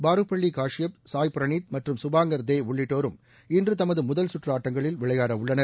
பாருப்பள்ளி காஷ்யப் சாய்பிரனீத் மற்றும் சுபாங்கள் தே உள்ளிட்டோரும் இன்று தமது முதல் சுற்று ஆட்டங்களில் விளையாட உள்ளனர்